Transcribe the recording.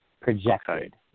Projected